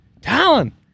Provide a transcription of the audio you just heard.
Talon